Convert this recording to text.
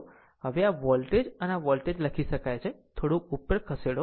હવે આ વોલ્ટેજ આ વોલ્ટેજ લખી શકાય છે થોડુંક ઉપર ખસેડવું